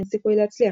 אין סיכוי להצליח,